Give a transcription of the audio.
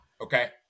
Okay